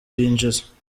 yinjiza